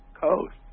coast